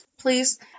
please